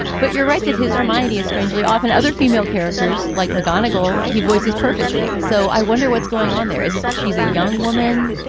but you're right that his roumania strangely often other female characters like mcgonagle, he voices perfectly. so i wonder what's going on there. is it that she's a young woman?